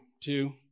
two